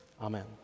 amen